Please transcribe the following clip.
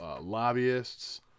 Lobbyists